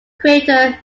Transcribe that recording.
crater